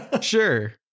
Sure